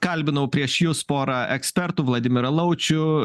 kalbinau prieš jus porą ekspertų vladimirą laučių